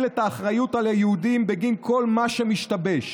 את האחריות על היהודים בגין כל מה שמשתבש.